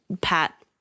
pat